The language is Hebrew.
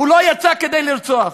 הוא לא יצא כדי לרצוח.